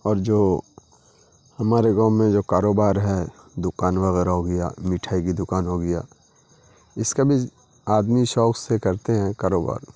اور جو ہمارے گاؤں میں جو کاروبار ہے دکان وغیرہ ہو گیا مٹھائی کی دوکان ہو گیا اس کا بھی آدمی شوق سے کرتے ہیں کاروبار